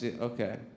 okay